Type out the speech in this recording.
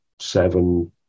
seven